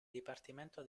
dipartimento